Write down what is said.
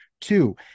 two